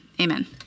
amen